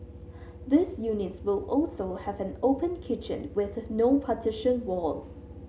these units will also have an open kitchen with no partition wall